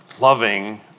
loving